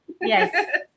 Yes